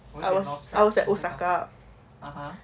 I was I was at osaka